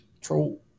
Troll